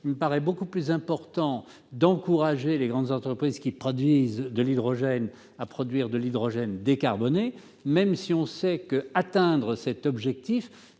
Il me paraît donc beaucoup plus important d'encourager les grandes entreprises qui produisent de l'hydrogène à en produire du décarboné, même si l'on sait qu'atteindre cet objectif